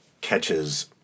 catches